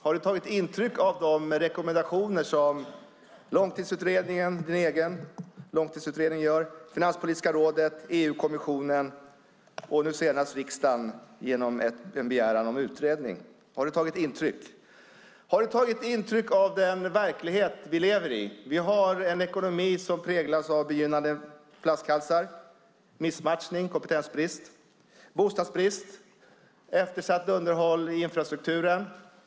Har du tagit intryck av de rekommendationer som din egen långtidsutredning ger, av Finanspolitiska rådet, av EU-kommissionen och nu senast av riksdagen som begär en utredning? Har du tagit intryck? Har du tagit intryck av den verklighet vi lever i? Vi har en ekonomi som präglas av begynnande flaskhalsar, missmatchning, kompetensbrist, bostadsbrist och eftersatt underhåll i infrastrukturen.